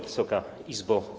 Wysoka Izbo!